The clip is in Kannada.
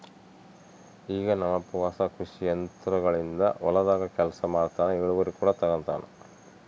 ಈಗ ನಮ್ಮಪ್ಪ ಹೊಸ ಕೃಷಿ ಯಂತ್ರೋಗಳಿಂದ ಹೊಲದಾಗ ಕೆಲಸ ಮಾಡ್ತನಾ, ಇಳಿವರಿ ಕೂಡ ತಂಗತಾನ